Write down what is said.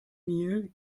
nil